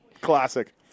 Classic